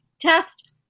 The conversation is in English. test